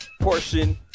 portion